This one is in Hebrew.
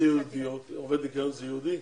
עובד ניקיון זה ייעודי?